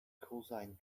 cosine